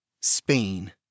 Spain